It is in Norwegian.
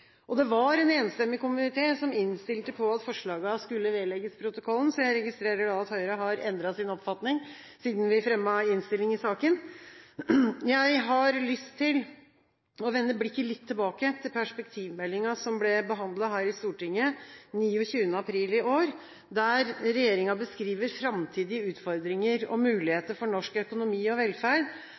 utlandet. Det var en enstemmig komité som innstilte på at forslagene skulle vedlegges protokollen, så jeg registrerer at Høyre har endret oppfatning siden vi avga innstilling i saken. Jeg har lyst til å rette blikket bakover, mot perspektivmeldingen, som ble behandlet her i Stortinget 29. april i år. Der beskriver regjeringen framtidige utfordringer og muligheter for norsk økonomi og velferd,